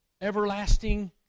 everlasting